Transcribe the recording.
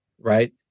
right